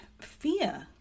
fear